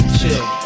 chill